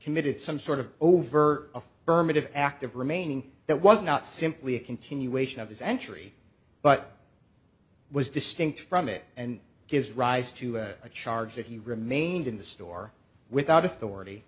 committed some sort of overt affirmative act of remaining that was not simply a continuation of his entry but was distinct from it and gives rise to a charge that he remained in the store without authority